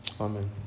Amen